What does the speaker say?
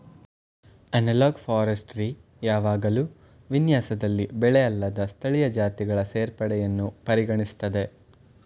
analogue forestry ಯಾವಾಗ್ಲೂ ವಿನ್ಯಾಸದಲ್ಲಿ ಬೆಳೆಅಲ್ಲದ ಸ್ಥಳೀಯ ಜಾತಿಗಳ ಸೇರ್ಪಡೆಯನ್ನು ಪರಿಗಣಿಸ್ತದೆ